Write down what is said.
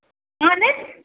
اَہَن حظ